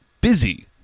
Busy